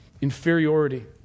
inferiority